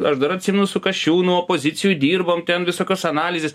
aš dar atsimenu su kasčiūnu opozicijoj dirbom ten visokios analizės